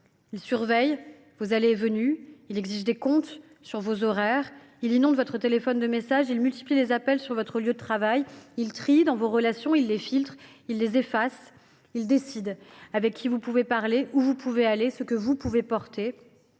Il » surveille vos allées et venues, « il » exige des comptes sur vos horaires, « il » inonde votre téléphone de messages, « il » multiplie les appels sur votre lieu de travail. « Il » trie vos relations, il les filtre, il les efface. « Il » décide avec qui vous pouvez parler, où vous pouvez aller, ce que vous pouvez porter.